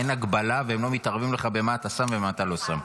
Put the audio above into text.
אין הגבלה והם לא מתערבים לך במה אתה שם ובמה אתה לא שם.